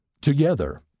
together